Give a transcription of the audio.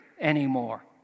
anymore